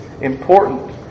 important